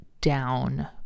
down